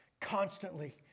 constantly